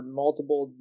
multiple